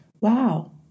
wow